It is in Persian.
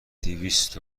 دویست